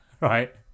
right